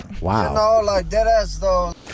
wow